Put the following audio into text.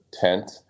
tent